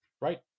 Right